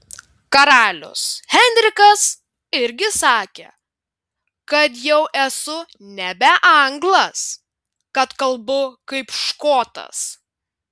karalius henrikas irgi sakė kad jau esu nebe anglas kad kalbu kaip škotas